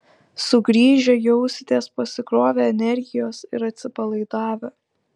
sugrįžę jausitės pasikrovę energijos ir atsipalaidavę